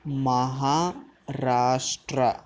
Maharashtra